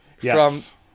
Yes